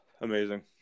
Amazing